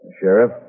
Sheriff